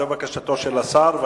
זו בקשתו של השר.